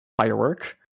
firework